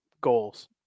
goals